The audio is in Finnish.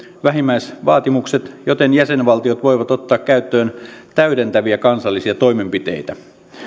vähimmäisvaatimukset joten jäsenvaltiot voivat ottaa käyttöön täydentäviä kansallisia toimenpiteitä